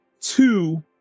two